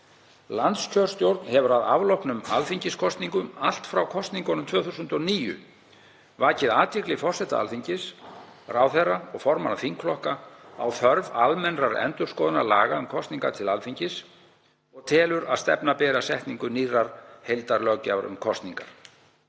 Landskjörstjórn hefur að afloknum alþingiskosningum allt frá kosningunum 2009 vakið athygli forseta Alþingis, ráðherra og formanna þingflokka á þörf almennrar endurskoðunar laga um kosningar til Alþingis og telur að stefna beri að setningu nýrrar heildarlöggjafar um kosningar.